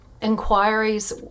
inquiries